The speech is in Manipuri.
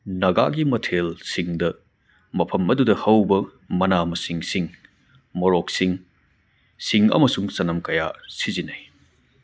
ꯅꯒꯥꯒꯤ ꯃꯊꯦꯜꯁꯤꯡꯗ ꯃꯐꯝ ꯑꯗꯨꯗ ꯍꯧꯕ ꯃꯅꯥ ꯃꯁꯤꯡꯁꯤꯡ ꯃꯣꯔꯣꯛꯁꯤꯡ ꯁꯤꯡ ꯑꯃꯁꯨꯡ ꯆꯅꯝ ꯀꯌꯥ ꯁꯤꯖꯤꯟꯅꯩ